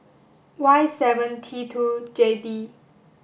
Y seven T two J D